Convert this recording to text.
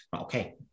okay